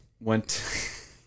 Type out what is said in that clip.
Went